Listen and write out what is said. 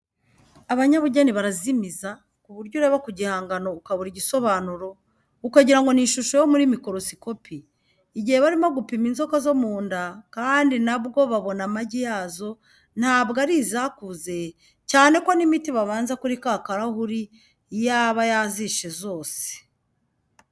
Abanyabugeni barazimiza, ku buryo ureba ku gihangano ukabura igisobanuro, ukagira ngo ni ishusho yo muri mikorosikopi, igihe barimo gupima inzoka zo mu nda; kandi na bwo babona amagi yazo, ntabwo ari izakuze, cyane ko n'imiti babanza kuri ka karahuri yaba yazishe zose.